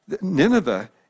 Nineveh